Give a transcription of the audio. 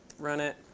run it.